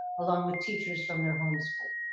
along with teachers from their home school.